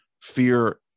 fear